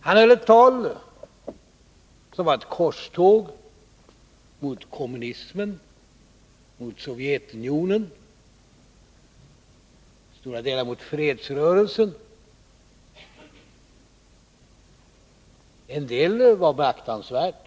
Han höll ett tal som var ett korståg mot kommunismen, mot Sovjetunionen och mot stora delar av fredsrörelsen. En del var beaktansvärt.